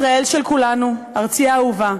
ישראל של כולנו, ארצי האהובה,